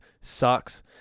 sucks